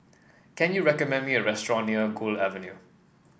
can you recommend me a restaurant near Gul Avenue